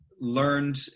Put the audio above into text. learned